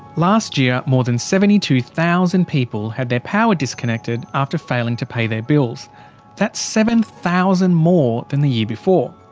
last year more than seventy two thousand people had their power disconnected after failing to pay their bills that's seven thousand more than the year before.